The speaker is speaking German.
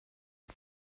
der